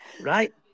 right